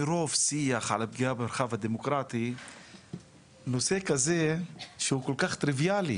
מרוב שיח על הפגיעה במרחב הדמוקרטי נושא כזה הוא כל כך טריוויאלי